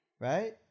Right